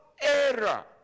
error